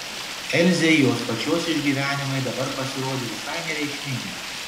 elzei jos pačios išgyvenimai dabar pasirodė visai nereikšmingi